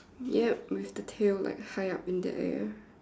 yup with the tail like high up in the air